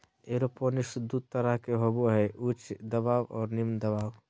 aeroponics दू तरह के होबो हइ उच्च दबाव और निम्न दबाव